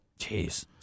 Jeez